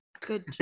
Good